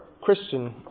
Christian